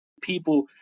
people